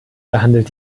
behandelt